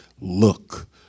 look